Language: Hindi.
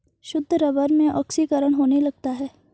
शुद्ध रबर में ऑक्सीकरण होने लगता है